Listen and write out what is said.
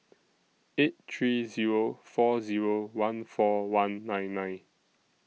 eight three Zero four Zero one four one nine nine